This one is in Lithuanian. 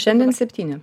šiandien septyni